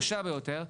קשה ביותר.